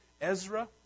Ezra